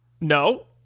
No